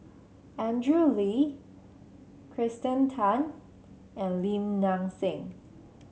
Andrew Lee Kirsten Tan and Lim Nang Seng